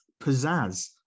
pizzazz